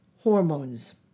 hormones